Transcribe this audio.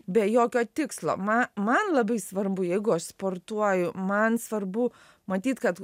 be jokio tikslo ma man labai svarbu jeigu aš sportuoju man svarbu matyt kad